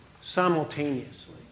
simultaneously